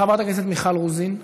חברת הכנסת מיכל רוזין,